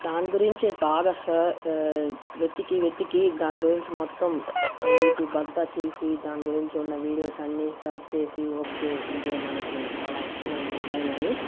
దాని గురించే బాగా స వెతికి వెతికి దాని గురించి మొత్తం యూట్యూబ్ అంతా చూసి దాని గురించి వున్న వీడియోస్ అన్నీ సర్చ్ చేసి ఓకే ఇదే మనకి చాలా ఇష్టమైన మొబైల్ అని